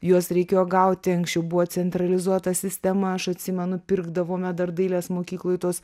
juos reikėjo gauti anksčiau buvo centralizuota sistema aš atsimenu pirkdavome dar dailės mokykloj tuos